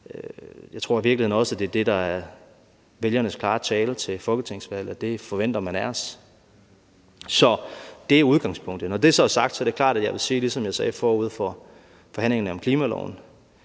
Jeg tror i virkeligheden også, at det var det, der var vælgernes klare tale til folketingsvalget, altså at det forventer man af os. Så det er udgangspunktet. Når det så er sagt, er det klart, at jeg vil sige det, som jeg sagde forud for forhandlingerne om klimaloven: